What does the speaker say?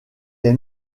est